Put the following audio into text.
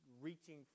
reaching